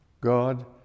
God